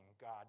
God